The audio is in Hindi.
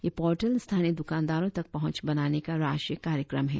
यह पोर्टल स्थानीय दुकानदारों तक पहुंच बनाने का राष्ट्रीय कार्यक्रम है